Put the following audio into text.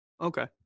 okay